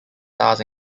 stars